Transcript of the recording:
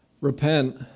repent